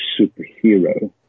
superhero